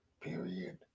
period